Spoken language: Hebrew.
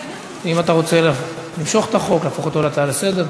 האם אתה רוצה למשוך את החוק או להפוך את זה להצעה לסדר-היום,